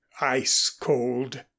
ice-cold